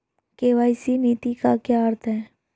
KYC नीति का क्या अर्थ है?